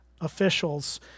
officials